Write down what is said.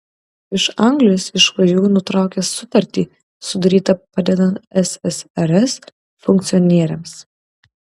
iš anglijos išvažiavau nutraukęs sutartį sudarytą padedant ssrs funkcionieriams